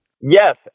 Yes